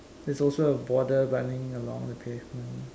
there's also a border running along the pavement